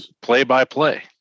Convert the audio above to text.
play-by-play